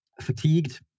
fatigued